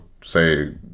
say